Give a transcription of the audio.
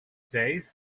today